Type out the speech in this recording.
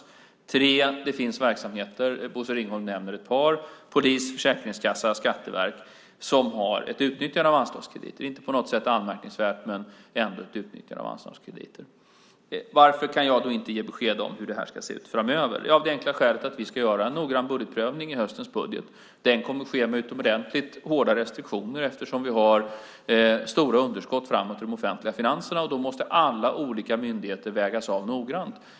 För det tredje: Det finns verksamheter - Bosse Ringholm nämner ett par - polisen, Försäkringskassan och Skatteverket, som har ett utnyttjande av anslagskrediter. Det är inte på något sätt anmärkningsvärt men ändå ett utnyttjande av anslagskrediter. Varför kan jag då inte ge besked om hur detta ska se ut framöver? Det kan jag inte göra av det enkla skälet att vi ska göra en noggrann budgetprövning i höstens budget. Den kommer att ske med utomordentligt hårda restriktioner eftersom vi har stora underskott framåt i de offentliga finanserna. Då måsta alla olika myndigheter vägas av noggrant.